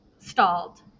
stalled